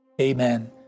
Amen